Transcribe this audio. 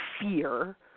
fear